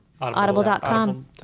audible.com